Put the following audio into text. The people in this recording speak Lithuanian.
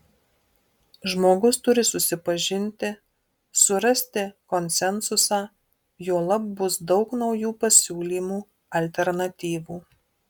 žmogus turi susipažinti surasti konsensusą juolab bus daug naujų pasiūlymų alternatyvų